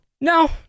No